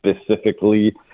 specifically